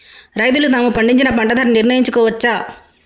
రైతులు తాము పండించిన పంట ధర నిర్ణయించుకోవచ్చా?